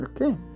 Okay